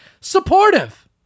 Supportive